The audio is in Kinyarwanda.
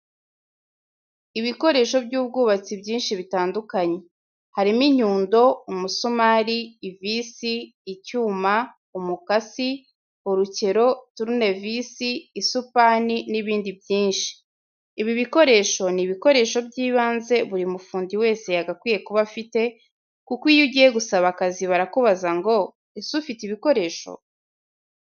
Ibikoresho by'ubwubatsi byinshi bitandukanye: harimo inyundo, umusumari, ivisi, icyuma, umukasi, urukero, turunevisi, isupani n'ibindi byinshi. Ibi bikoresho ni ibikoresho by'ibanze buri mufundi wese yagakwiye kuba afite kuko iyo ugiye gusaba akazi barakubaza ngo: ''Ese ufite ibikoresho?''